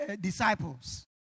disciples